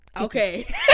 okay